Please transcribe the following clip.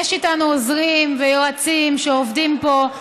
יש איתנו עוזרים ויועצים שעובדים פה,